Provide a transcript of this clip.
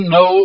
no